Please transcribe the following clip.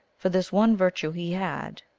for this one virtue he had,